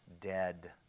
dead